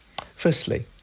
Firstly